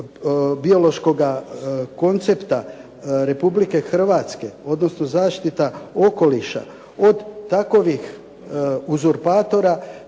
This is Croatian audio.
biološkoga koncepta Republike Hrvatske, odnosno zaštita okoliša od takovih uzurpatora,